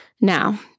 Now